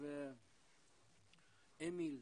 אמיל,